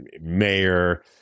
mayor